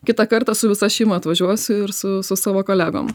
kitą kartą su visa šeima atvažiuos ir su su savo kolegom